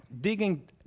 digging